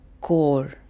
core